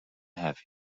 have